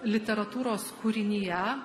literatūros kūrinyje